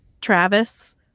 Travis